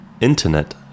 internet